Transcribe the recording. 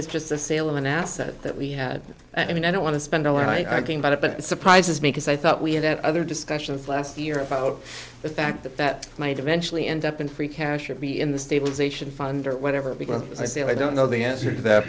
it's just the sale of an asset that we had i mean i don't want to spend a lot i think about it but it surprises me because i thought we had that other discussions last year about the fact that that might eventually end up in free cash or be in the stabilization fund or whatever because as i say i don't know the answer to that